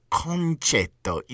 concetto